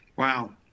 Wow